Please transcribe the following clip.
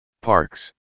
Parks